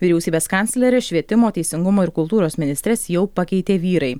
vyriausybės kancleres švietimo teisingumo ir kultūros ministres jau pakeitė vyrai